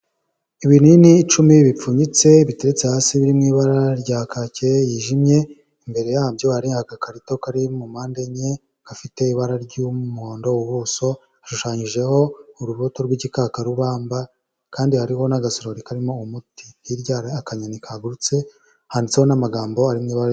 Ibinini icumi bipfunyitse bitetse hasi biri mu ibara rya kake ryijimye, imbere yabyo hari agakarito kari mu mpande enye gafite ibara ry'umuhondo ubuso, hashushanyijeho urubuto rw'igikakarubamba kandi hariho n'agasorori karimo umuti, hirya hariho n'akanyoni kagurutse handitseho n'amagambo ari mu ibara.